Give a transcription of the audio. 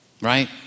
right